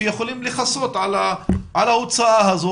שיכולים לכסות על ההוצאה הזו,